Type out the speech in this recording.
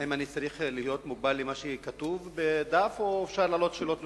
האם אני צריך להיות מוגבל למה שכתוב בדף או שאפשר להעלות שאלות נוספות?